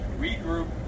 regroup